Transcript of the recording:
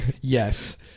yes